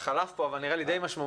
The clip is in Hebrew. חלף כאן אבל נראה לי שהוא די משמעותי.